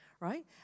Right